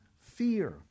fear